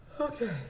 okay